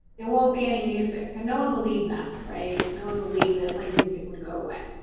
there won't be any music and no one believed that right. no one believed that like music would go away.